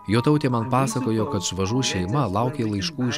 jotautė man pasakojo kad švažų šeima laukė laiškų iš